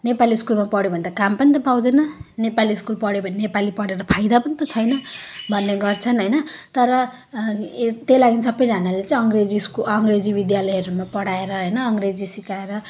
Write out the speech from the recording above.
नेपाली स्कुलमा पढ्यो भने त काम पनि त पाउँदैन नेपाली स्कुल पढ्यो भने नेपाली पढेर फाइदा पनि त छैन भन्ने गर्छन् होइन तर त्यस लागि सबैजनाले चाहिँ अङ्ग्रेजी स्कुल अङ्ग्रेजी विद्यालयहरूमा पढाएर होइन अङ्ग्रेजी सिकाएर